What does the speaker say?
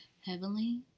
heavenly